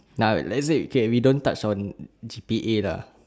nah let say okay we don't touch on G_P_A lah